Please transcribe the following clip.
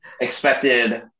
expected